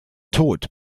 tod